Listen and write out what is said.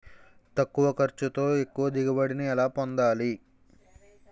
తక్కువ ఖర్చుతో ఎక్కువ దిగుబడి ని ఎలా పొందాలీ?